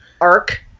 arc